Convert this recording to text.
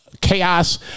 Chaos